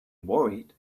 worried